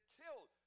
killed